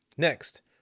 Next